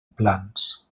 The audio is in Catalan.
plans